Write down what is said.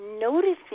noticing